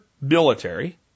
military